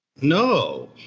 No